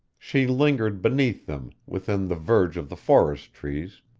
she lingered beneath them, within the verge of the forest trees,